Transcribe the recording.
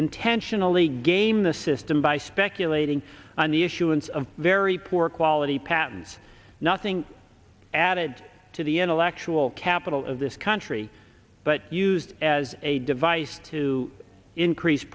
intentionally game the system by speculating on the issuance of very poor quality patents nothing added to the intellectual capital of this country but used as a device to in crease